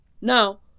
Now